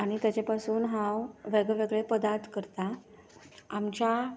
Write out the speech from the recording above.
आनी तेचे पसून हांव वेगवेगळे पदार्थ करता आमच्या